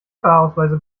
fahrausweise